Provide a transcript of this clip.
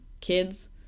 kids